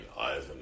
Ivan